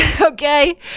okay